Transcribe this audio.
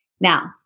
Now